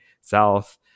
south